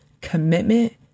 commitment